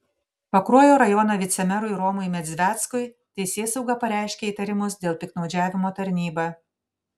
pakruojo rajono vicemerui romui medzveckui teisėsauga pareiškė įtarimus dėl piktnaudžiavimo tarnyba